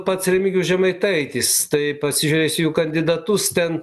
pats remigijus žemaitaitis tai pasižiūrėjus į jų kandidatus ten